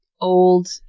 old